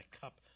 cup